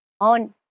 On